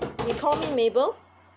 you can call me mabel